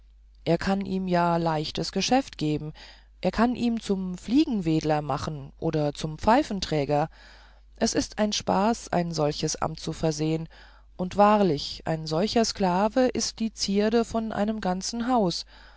er kann ihm ja leichte geschäfte geben er kann ihn zum fliegenwedeler machen oder zum pfeifenträger es ist ein spaß ein solches amt zu versehen und wahrlich ein solcher sklave ist die zierde von einem ganzen haus